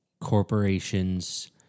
corporations